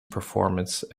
performance